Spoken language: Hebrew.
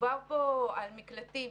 דובר פה על מקלטים.